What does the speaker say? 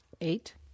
Eight